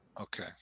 Okay